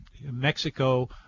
Mexico